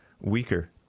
weaker